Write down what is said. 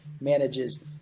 manages